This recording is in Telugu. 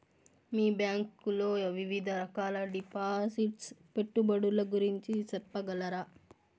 మీ బ్యాంకు లో వివిధ రకాల డిపాసిట్స్, పెట్టుబడుల గురించి సెప్పగలరా?